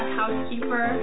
housekeeper